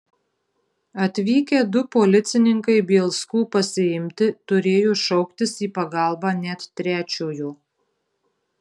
atvykę du policininkai bielskų pasiimti turėjo šauktis į pagalbą net trečiojo